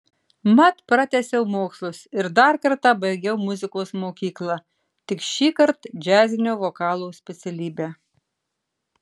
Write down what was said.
mat pratęsiau mokslus ir dar kartą baigiau muzikos mokyklą tik šįkart džiazinio vokalo specialybę